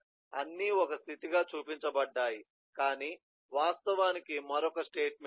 అన్నీ ఒక స్థితి గా చూపించబడ్డాయి కాని వాస్తవానికి మరొక స్టేట్ మెషీన్